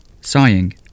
Sighing